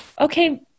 Okay